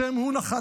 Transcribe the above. השם הוא נחלתו.